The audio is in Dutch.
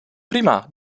prima